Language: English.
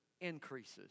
increases